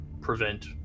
prevent